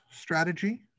strategy